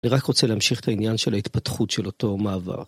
אני רק רוצה להמשיך את העניין של ההתפתחות של אותו מעבר.